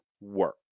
work